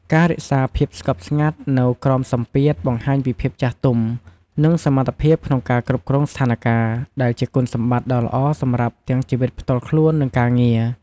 ការរក្សាភាពស្ងប់ស្ងាត់នៅក្រោមសម្ពាធ បង្ហាញពីភាពចាស់ទុំ និងសមត្ថភាពក្នុងការគ្រប់គ្រងស្ថានការណ៍ ដែលជាគុណសម្បត្តិដ៏ល្អសម្រាប់ទាំងជីវិតផ្ទាល់ខ្លួន និងការងារ។